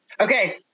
Okay